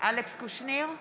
אלכס קושניר,